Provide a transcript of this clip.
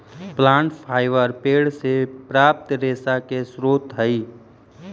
plant fibre पेड़ से प्राप्त रेशा के स्रोत हई